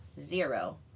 zero